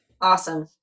Awesome